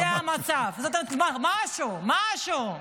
זה המצב, זאת אומרת, משהו-משהו.